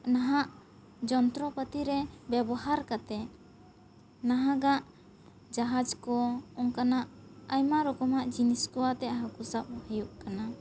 ᱱᱟᱦᱟᱜ ᱡᱚᱱᱛᱨᱚ ᱯᱟᱹᱛᱤ ᱨᱮ ᱵᱮᱵᱚᱦᱟᱨ ᱠᱟᱛᱮᱫ ᱱᱟᱦᱟᱜᱟᱜ ᱡᱟᱦᱟᱡᱽ ᱠᱚ ᱚᱱᱠᱟᱱᱟᱜ ᱟᱭᱢᱟ ᱨᱚᱠᱚᱢᱟᱜ ᱡᱤᱱᱤᱥ ᱠᱚ ᱟᱛᱮᱫ ᱦᱟᱹᱠᱩ ᱥᱟᱵ ᱦᱩᱭᱩᱜ ᱠᱟᱱᱟ